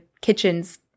kitchens